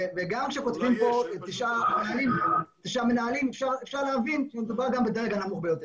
וגם כשכותבים פה תשעה מנהלים אפשר להבין שמדובר בדרג הנמוך ביותר.